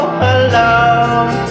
alone